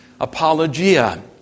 apologia